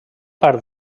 part